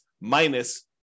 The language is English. minus